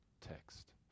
text